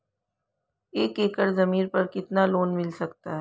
एक एकड़ जमीन पर कितना लोन मिल सकता है?